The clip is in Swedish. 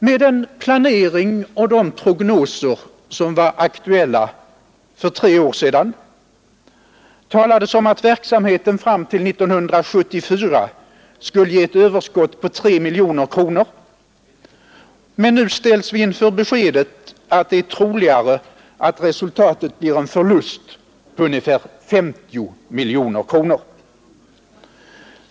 Med den planering och de prognoser som var aktuella för tre år sedan talades det om att verksamheten fram till 1974 skulle ge ett överskott på 3 miljoner kronor, men nu ställs vi inför beskedet att det är troligare att resultatet blir en förlust på ungefär 50 miljoner kronor.